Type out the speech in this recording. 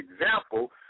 example